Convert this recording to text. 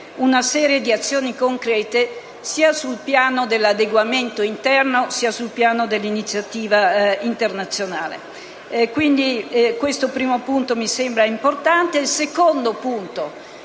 una serie di azioni concrete sia sul piano dell'adeguamento interno sia sul piano dell'iniziativa internazionale. Questo è un primo punto che mi sembra importante.